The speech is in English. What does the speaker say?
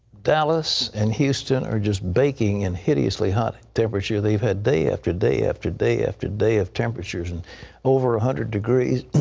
dallas and houston are just baking in hideously hot temperatures. they've had day after day after day after day of temperatures and over one hundred degrees.